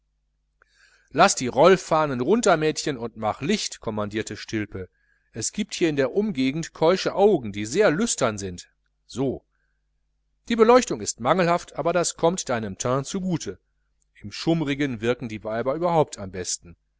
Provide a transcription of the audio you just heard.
laß die rollfahnen runter mädchen und mach licht kommandierte stilpe es giebt hier in der umgegend keusche augen die sehr lüstern sind so die beleuchtung ist mangelhaft aber das kommt deinem teint zugute im schummerigen wirken die weiber überhaupt am besten